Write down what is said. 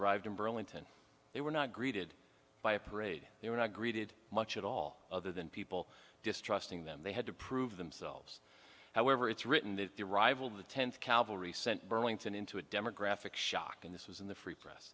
arrived in burlington they were not greeted by a parade they were not greeted much at all other than people distrusting them they had to prove themselves however it's written that the arrival of the tenth cavalry sent burlington into a demographic shock and this was in the free press